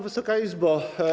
Wysoka Izbo!